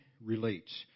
relates